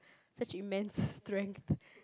such immense strength